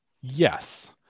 Yes